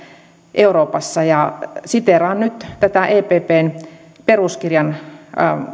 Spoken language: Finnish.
euroopassa ja siteeraan nyt tätä eppn peruskirjan